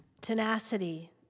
tenacity